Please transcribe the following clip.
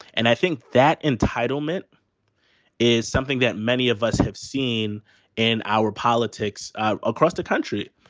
and i think that entitlement is something that many of us have seen in our politics across the country,